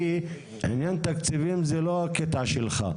כי עניין תקציבים זה לא הקטע שלך,